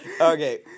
Okay